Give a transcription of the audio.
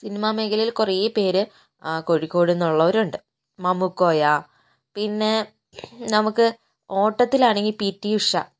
cinema മേഖലയിൽ കുറേപ്പേര് കോഴിക്കോടിൽനിന്നുള്ളവരുണ്ട് മാമുക്കോയ പിന്നെ നമുക്ക് ഓട്ടത്തിലാണെങ്കിൽ പിടി ഉഷ